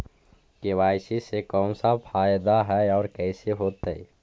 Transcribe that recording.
KYC से का फायदा है और कैसे होतै?